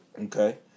Okay